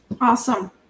Awesome